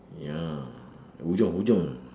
ya hujung hujung